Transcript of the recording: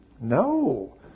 No